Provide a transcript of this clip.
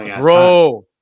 Bro